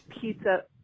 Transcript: pizza